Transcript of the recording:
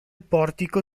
portico